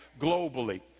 globally